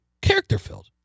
character-filled